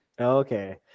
okay